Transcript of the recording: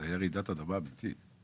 זו הייתה רעידת אדמה רצינית.